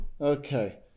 Okay